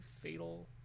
fatal